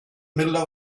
middle